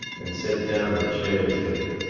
and set down in chairs there,